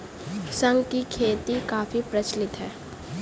शंख की खेती काफी प्रचलित है